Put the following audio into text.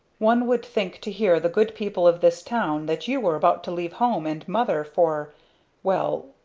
one would think to hear the good people of this town that you were about to leave home and mother for well,